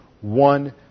one